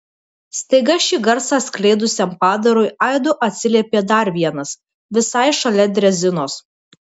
staiga šį garsą skleidusiam padarui aidu atsiliepė dar vienas visai šalia drezinos